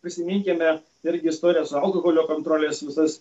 prisiminkime irgi istoriją su alkoholio kontrolės visas